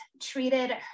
treated